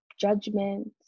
judgment